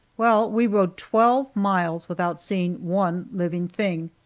well, we rode twelve miles without seeing one living thing,